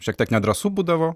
šiek tiek nedrąsu būdavo